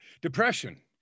depression